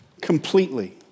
completely